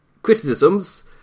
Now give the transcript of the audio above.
criticisms